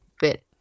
bit